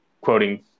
quoting